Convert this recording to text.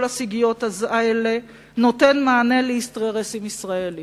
הסוגיות האלה נותן מענה לאינטרסים הישראליים.